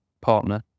partner